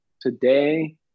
today